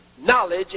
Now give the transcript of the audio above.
knowledge